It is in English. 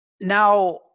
now